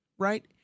Right